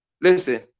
listen